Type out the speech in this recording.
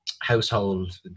household